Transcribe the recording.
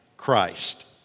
Christ